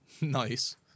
Nice